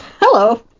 Hello